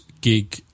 gig